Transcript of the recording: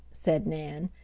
said nan.